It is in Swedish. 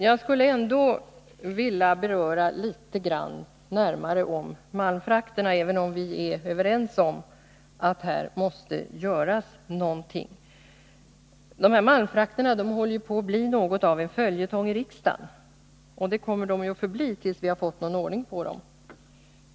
Jag skulle ändå vilja beröra frågan om malmfrakterna litet närmare, även om vi är överens om att det måste göras någonting. Malmfrakterna håller ju på att bli något av en följetong i riksdagen, och det kommer de att förbli till dess vi har fått någon ordning på dem.